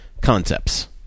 concepts